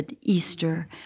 Easter